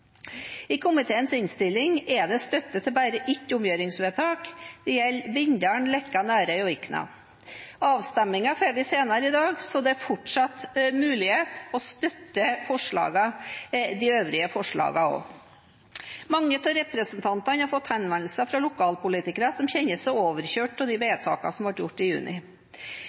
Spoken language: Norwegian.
I komiteens innstilling er det støtte til bare ett omgjøringsvedtak. Det gjelder Bindal, Leka, Nærøy og Vikna. Avstemningen får vi senere i dag, så det er fortsatt mulighet for å støtte de øvrige forslagene også. Mange av representantene har fått henvendelser fra lokalpolitikere som kjenner seg overkjørt av vedtakene som ble gjort i juni.